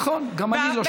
נכון, גם אני לא שומע אותך.